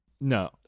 no